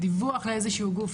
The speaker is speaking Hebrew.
דיווח לאיזשהו גוף,